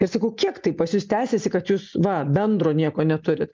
ir sakau kiek tai pas jus tęsiasi kad jūs va bendro nieko neturit